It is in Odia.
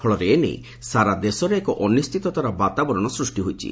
ଫଳରେ ଏ ନେଇ ସାରା ଦେଶରେ ଏକ ଅନିଷ୍ଠିତତାର ବାତାବରଣ ସୃଷ୍ଟି ହୋଇଛି